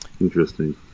Interesting